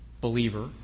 believer